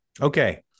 Okay